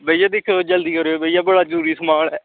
भैया दिक्खेओ जल्दी करेओ भैया जरूरी समान ऐ